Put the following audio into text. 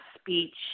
speech